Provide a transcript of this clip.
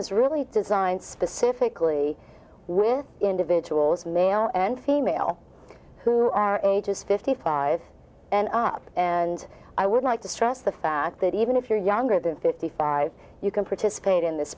is really designed specifically with individuals male and female who are ages fifty five and up and i would like to stress the fact that even if you're younger than fifty five you can